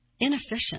inefficient